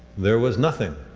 there was nothing.